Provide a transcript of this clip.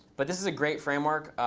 but this is a great framework.